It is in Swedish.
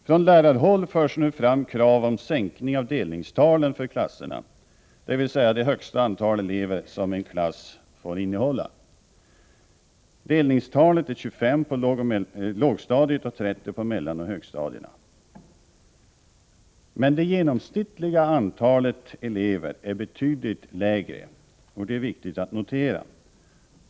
Från lärarhåll förs nu fram krav på sänkning av delningstalet för klasserna — dvs. det högsta antal elever som en klass får innehålla. Delningstalet är 25 på lågstadiet och 30 på mellanoch högstadierna. Men det genomsnittliga antalet elever är betydligt lägre — det är viktigt att notera.